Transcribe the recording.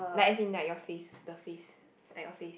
like as in like your face the face like your face